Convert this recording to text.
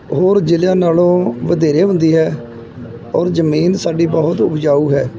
ਹੋਰ ਜ਼ਿਲ੍ਹਿਆਂ ਨਾਲੋਂ ਵਧੇਰੇ ਹੁੰਦੀ ਹੈ ਔਰ ਜ਼ਮੀਨ ਸਾਡੀ ਬਹੁਤ ਉਪਜਾਊ ਹੈ